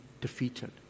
defeated